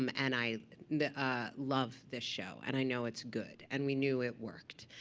um and i love this show. and i know it's good. and we knew it worked,